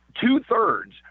two-thirds